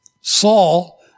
Saul